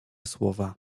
słowa